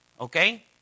Okay